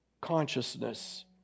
consciousness